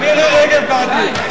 גם מירי רגב בעדי.